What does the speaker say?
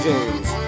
James